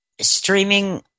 streaming